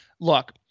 Look